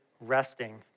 resting